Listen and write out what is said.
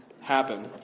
happen